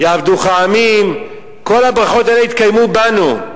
"יעבדוך עמים" כל הברכות האלה יתקיימו בנו.